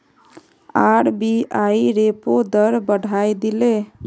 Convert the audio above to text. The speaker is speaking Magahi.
आर.बी.आई रेपो दर बढ़ाए दिले